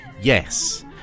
Yes